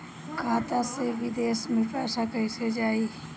खाता से विदेश मे पैसा कईसे जाई?